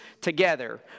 together